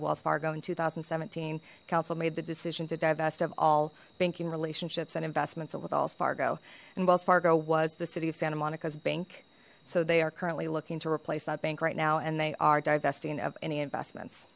wells fargo in two thousand and seventeen council made the decision to divest of all banking relationships and investments of with all's fargo and wells fargo was the city of santa monica's bank so they are currently looking to replace that bank right now and they are divesting of any investments